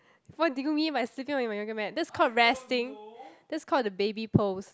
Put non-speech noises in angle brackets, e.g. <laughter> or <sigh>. what did you mean by sleeping on your yoga mat that's called resting <noise> that's called the baby pose